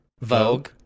Vogue